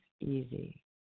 easy